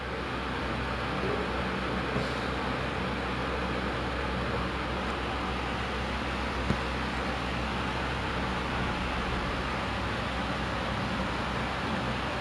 I know but like maybe ah maybe that's part of it ah but it's not like entirely him right it's not like I want to like have a farm with him or [what] sia like but I genuinely just want a farm